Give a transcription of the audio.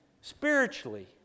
spiritually